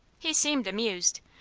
he seemed amused,